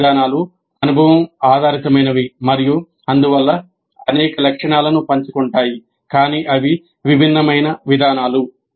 రెండు విధానాలు అనుభవం ఆధారితమైనవి మరియు అందువల్ల అనేక లక్షణాలను పంచుకుంటాయి కానీ అవి విభిన్నమైన విధానాలు